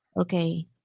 Okay